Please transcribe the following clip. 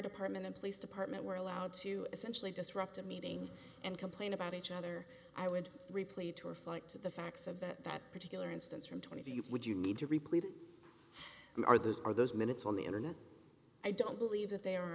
department and police department were allowed to essentially disrupt a meeting and complain about each other i would replay to reflect to the facts of that particular instance from twenty to you would you need to repeat it are those are those minutes on the internet i don't believe that they are